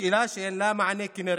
שאלה שאין עליה מענה, כנראה.